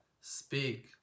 speak